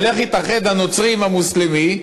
של איך יתאחד הנוצרי עם המוסלמי,